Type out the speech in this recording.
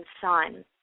son